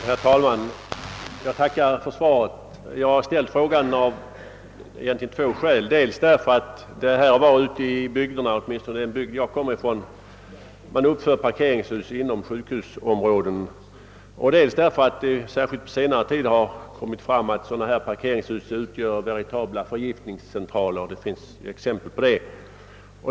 Herr talman! Jag tackar för svaret. Jag har ställt frågan av två skäl, dels därför att man här och var ute i landet — åtminstone i den bygd jag kommer från — uppför parkeringshus inom sjukhusområden, dels därför att det särskilt på senare tid har dokumenterats att sådana parkeringshus utgör veritabla förgiftningscentraler; det finns exempel på det.